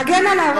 תגן עליו.